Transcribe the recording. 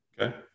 Okay